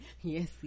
Yes